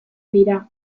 dira